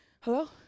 Hello